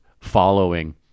following